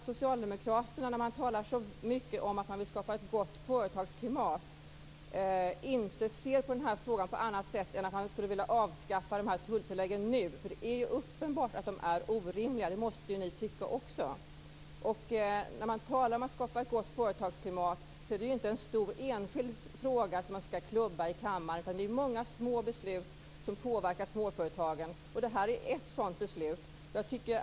Socialdemokraterna talar mycket om att man vill skapa ett gott företagsklimat. Därför tycker jag att det är underligt att man inte vill avskaffa tulltilläggen nu. Det är uppenbart att de är orimliga. Det måste också ni tycka. När det gäller att skapa ett gott företagsklimat handlar det ju inte om en enskild fråga som skall klubbas i kammaren, utan det är många små beslut som påverkar småföretagen, och detta är ett sådant beslut.